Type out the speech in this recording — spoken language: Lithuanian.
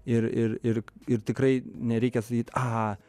ir ir ir ir tikrai nereikia sakyt aha